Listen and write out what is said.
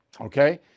okay